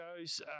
goes